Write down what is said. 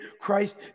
Christ